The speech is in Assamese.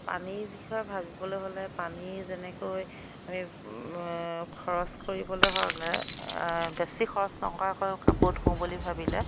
পানীৰ বিষয়ে ভাবিবলৈ হ'লে পানীৰ যেনেকৈ আমি খৰচ কৰিবলৈ হ'লে বেছি খৰচ নকৰাকৈ কাপোৰ ধোও বুলি ভাবিলে